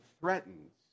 threatens